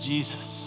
Jesus